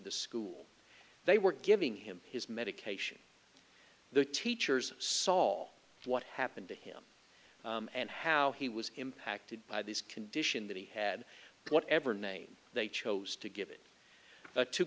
the school they were giving him his medication the teachers saw what happened to him and how he was impacted by this condition that he had whatever name they chose to give it to